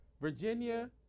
Virginia